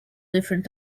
different